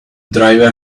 diver